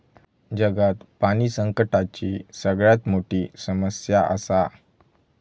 जगात पाणी संकटाची सगळ्यात मोठी समस्या आसा